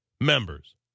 members